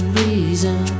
reason